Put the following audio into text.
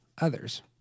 others